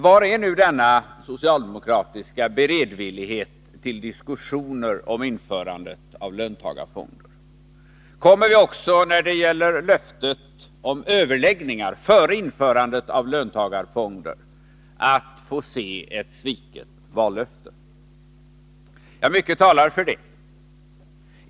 Var är nu denna socialdemokratiska beredvillighet till diskussioner om införandet av löntagarfonder? Kommer vi också när det gäller utfästelsen om överläggningar före införandet av löntagarfonder att få se ett sviket vallöfte? Ja, mycket talar för det.